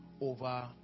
over